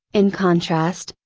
in contrast,